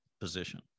position